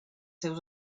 seus